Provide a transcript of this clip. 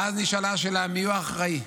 ואז נשאלה השאלה: מיהו האחראי?